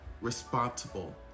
responsible